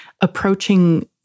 approaching